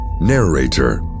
Narrator